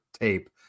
tape